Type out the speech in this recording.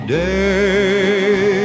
day